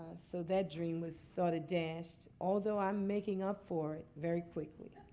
so that dream was sort of dashed, although i'm making up for it very quickly.